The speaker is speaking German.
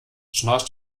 schnarcht